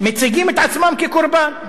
מציגים את עצמם כקורבן,